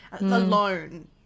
alone